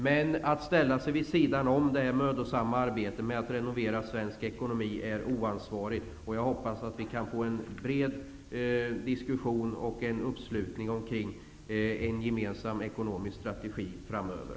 Men det är oansvarigt att ställa sig vid sidan av det mödosamma arbetet med att renovera den svenska ekonomin är oansvarigt. Jag hoppas att vi kan få en diskussion och en bred uppslutning kring en gemensam ekonomisk strategi framöver.